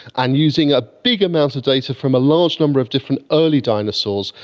and using a big amount of data from a large number of different early dinosaurs,